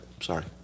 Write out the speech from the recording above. Sorry